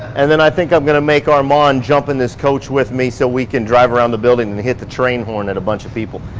and then i think i'm gonna make armand jump in this coach with me so we can drive around the building and hit the train horn at a bunch of people.